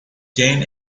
chain